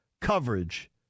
coverage